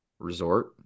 resort